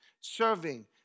serving